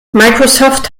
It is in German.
microsoft